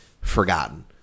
forgotten